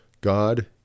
God